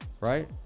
right